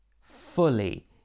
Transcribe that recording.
fully